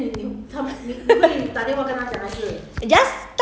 会我会骂的我会讲他 noob